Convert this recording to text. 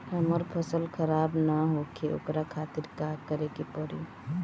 हमर फसल खराब न होखे ओकरा खातिर का करे के परी?